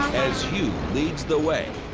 as hugh leads the way,